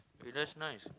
that's nice